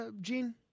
Gene